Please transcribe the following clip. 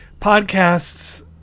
podcasts